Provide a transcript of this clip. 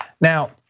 Now